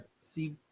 see